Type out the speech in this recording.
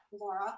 laura